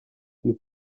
nous